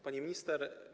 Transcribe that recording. Pani Minister!